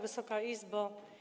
Wysoka Izbo!